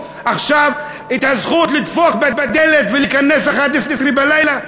עכשיו את הזכות לדפוק בדלת ולהיכנס ב-23:00?